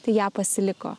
tai ją pasiliko